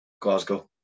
Glasgow